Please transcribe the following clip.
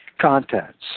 Contents